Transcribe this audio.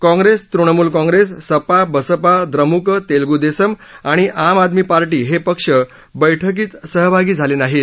काँग्रेस तृणमूल काँग्रेस सपा बसपा द्रम्क तेलगू देसम आणि आम आदमी पार्टी हे पक्ष बैठकीत सहभागी झाले नाहीत